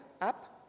up